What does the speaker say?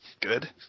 Good